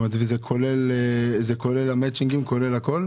התקציב הזה כולל מצ'ינג וכולל הכול?